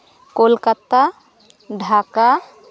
Kolkata Dhaka